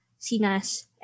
SINAS